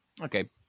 okay